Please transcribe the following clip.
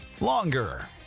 longer